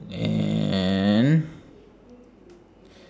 and